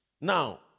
Now